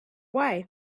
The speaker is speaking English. way